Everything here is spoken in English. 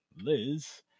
Liz